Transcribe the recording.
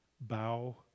bow